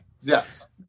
Yes